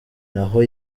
naho